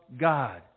God